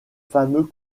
fameux